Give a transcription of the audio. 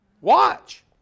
Watch